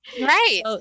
Right